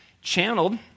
channeled